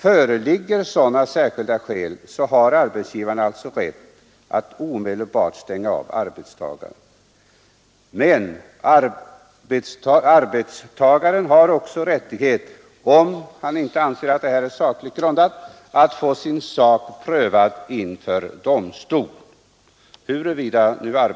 Föreligger då särskilda skäl har arbetsgivaren alltså rätt att omedelbart avstänga arbetstagaren. Men arbetstagaren har också, om han inte anser att uppsägningen är sakligt grundad, rätt att få sin sak prövad inför domstol.